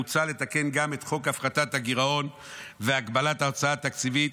מוצע לתקן גם את חוק הפחתת הגירעון והגבלת ההוצאה התקציבית,